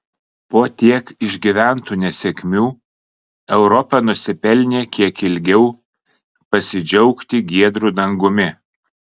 po tiek išgyventų nesėkmių europa nusipelnė kiek ilgiau pasidžiaugti giedru dangumi